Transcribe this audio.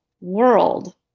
world